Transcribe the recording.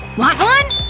want one?